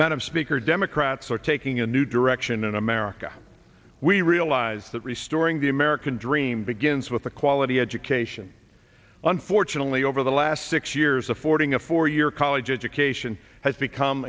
madam speaker democrats are taking a new direction in america we realize that restoring the american dream begins with a quality education unfortunately over the last six years affording a four year college education has become